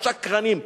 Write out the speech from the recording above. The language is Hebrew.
שקרנים.